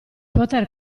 poter